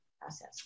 process